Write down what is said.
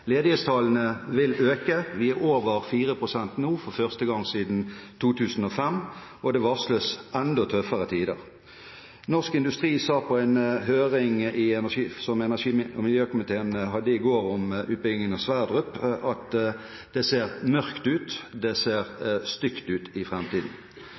Ledighetstallene vil øke. Vi er nå over 4 pst., for første gang siden 2005, og det varsles enda tøffere tider. Norsk Industri sa på en høring som energi- og miljøkomiteen hadde i går om utbyggingen av Sverdrup, at det ser mørkt ut, det ser stygt ut i